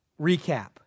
recap